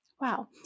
Wow